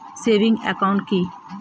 Savings account কি?